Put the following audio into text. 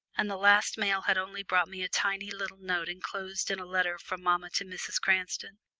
and the last mail had only brought me a tiny little note enclosed in a letter from mamma to mrs. cranston,